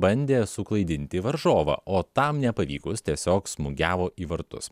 bandė suklaidinti varžovą o tam nepavykus tiesiog smūgiavo į vartus